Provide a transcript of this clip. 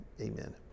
Amen